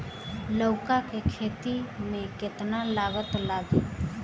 लौका के खेती में केतना लागत लागी?